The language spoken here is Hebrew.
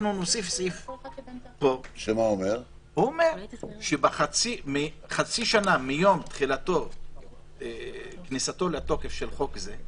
אנחנו נוסיף פה סעיף שאומר שחצי שנה מיום כניסתו לתוקף של חוק זה,